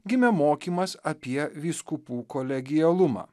gimė mokymas apie vyskupų kolegialumą